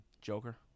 Joker